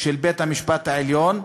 של בית-המשפט העליון.